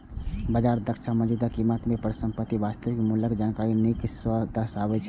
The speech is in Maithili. बाजार दक्षता मौजूदा कीमत मे परिसंपत्ति के वास्तविक मूल्यक जानकारी नीक सं दर्शाबै छै